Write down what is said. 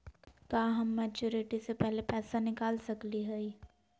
का हम मैच्योरिटी से पहले पैसा निकाल सकली हई?